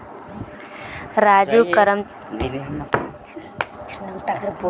राजू कर्मचारी स पूछले जे बैंकत चालू खाताक केन न बंद कराल जाबे